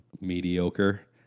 mediocre